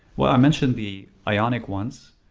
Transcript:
well i mentioned the ionic ones.